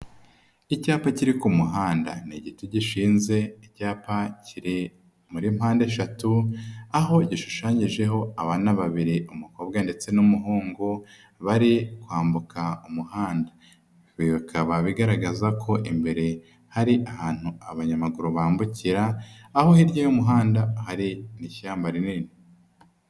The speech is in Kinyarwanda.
Icyapa kiri ku muhanda ni igiti gishinze icyapa kiri muri mpandeshatu aho gishushanyijeho abana babiri umukobwa ndetse n'umuhungu bari kwambuka umuhanda, bikaba bigaragaza ko imbere hari ahantu abanyamaguru bambukira aho hirya y'umuhanda hari n'ishyamba rinini.